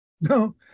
No